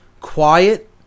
quiet